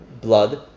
blood